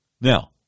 Now